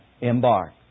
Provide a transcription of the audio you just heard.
embark